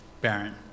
Baron